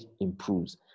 improves